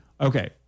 Okay